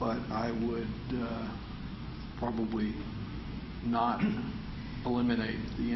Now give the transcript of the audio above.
but i would probably not eliminate the